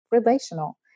relational